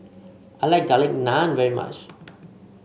I like Garlic Naan very much